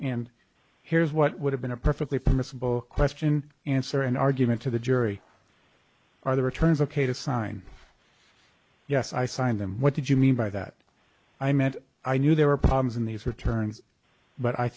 and here's what would have been a perfectly permissible question answer an argument to the jury are the returns ok to sign yes i signed them what did you mean by that i meant i knew there were problems in these returns but i